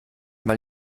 mal